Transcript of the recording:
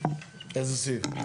איזה סעיף?